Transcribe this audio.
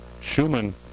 Schumann